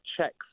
checks